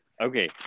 okay